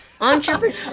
entrepreneur